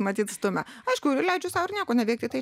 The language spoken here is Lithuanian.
matyt stumia aišku leidžiu sau nieko neveikti tai